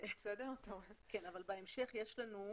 בהמשך,